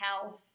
health